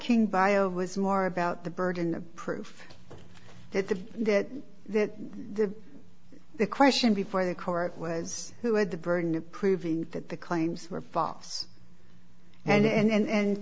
king bio was more about the burden of proof that the that that the the question before the court was who had the burden of proving that the claims were false and